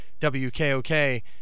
WKOK